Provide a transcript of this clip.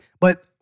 But-